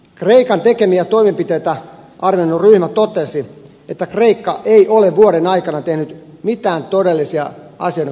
kreikan tekemiä toimenpiteitä arvioinut ryhmä totesi että kreikka ei ole vuoden aikana tehnyt mitään todellista asioiden korjaamiseksi